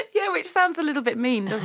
yeah which sounds a little bit mean,